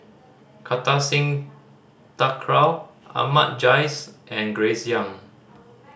Kartar Singh Thakral Ahmad Jais and Grace Young